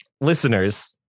listeners